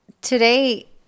today